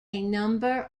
number